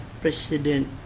president